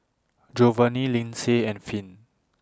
Jovanni Lindsay and Finn